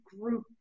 group